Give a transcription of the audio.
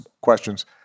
questions